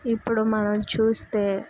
ఇప్పుడు మనం చూస్తే